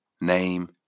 name